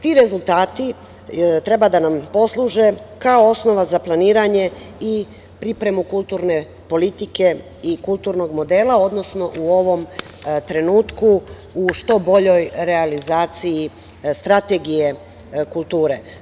Ti rezultati treba da nam posluže kao osnova za planiranje i pripremu kulturne politike i kulturnog modela, odnosno u ovom trenutku u što boljoj realizaciji strategije kulture.